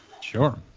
Sure